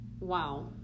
wow